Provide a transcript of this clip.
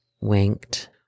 winked